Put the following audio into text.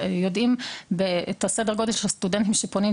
יודעים את סדר הגודל של הסטודנטים שפונים,